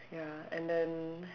ya and then